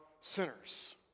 sinners